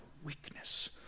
weakness